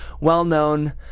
well-known